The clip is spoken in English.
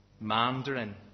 mandarin